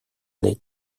les